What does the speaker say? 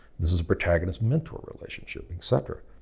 this is a protagonist-mentor relationship, etcetera.